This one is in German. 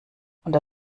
unter